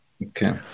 Okay